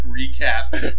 recap